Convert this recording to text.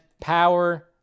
Power